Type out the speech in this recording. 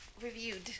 reviewed